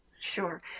sure